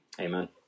Amen